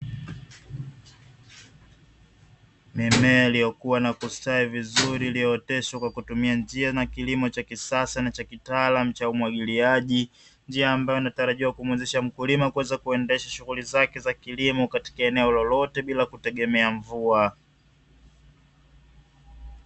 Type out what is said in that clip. Mimea iliyokua na kustawi vizuri, iliyooteshwa kwa kutumia njia na kilimo cha kisasa na cha kitaalamu cha umwagiliaji, njia ambayo inatarajiwa kumwezesha mkulima kuendesha shughuli zake za kilimo katika eneo lolote bila kutegemea mvua.